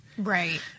Right